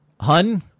Hun